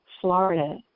Florida